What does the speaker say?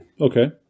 Okay